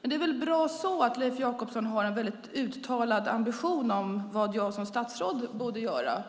Men det är bra att Leif Jakobsson har en uttalad ambition om vad jag som statsråd borde göra.